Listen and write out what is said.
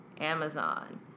Amazon